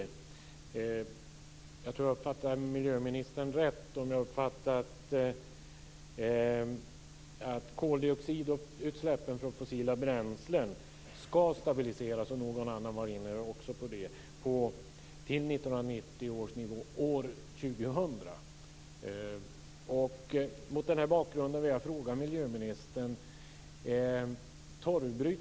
Jag tror att jag uppfattade miljöministern rätt, nämligen att koldioxidutsläppen från fossila bränslen skall stabiliseras på 1990 års nivå år 2000.